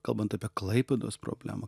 kalbant apie klaipėdos problemą